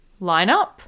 lineup